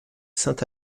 saint